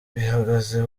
bihagaze